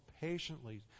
patiently